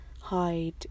hide